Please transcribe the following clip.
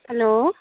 hello